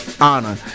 honor